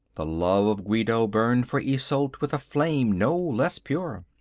the love of guido burned for isolde with a flame no less pure.